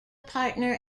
partner